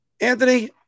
Anthony